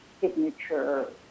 signature